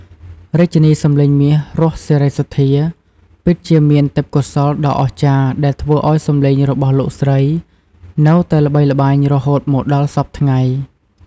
រាជិនីសំឡេងមាស រស់ សេរីសុទ្ធា ពិតជាមានទេពកោសល្យដ៏អស្ចារ្យដែលធ្វើឱ្យសំឡេងរបស់លោកស្រីនៅតែល្បីល្បាញរហូតមកដល់សព្វថ្ងៃ។